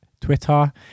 twitter